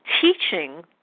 teaching